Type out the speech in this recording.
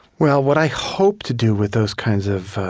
well, what i hope to do, with those kinds of